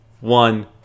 one